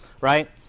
right